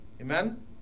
Amen